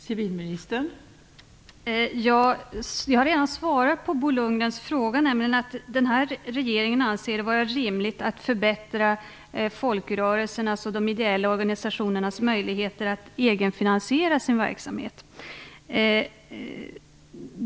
Fru talman! Jag har redan svarat på Bo Lundgrens fråga. Regeringen anser det vara rimligt att förbättra folkrörelsernas och de ideella organisationernas möjligheter att egenfinansiera sin verksamhet.